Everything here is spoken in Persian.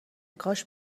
کاش